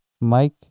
Mike